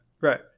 right